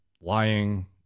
lying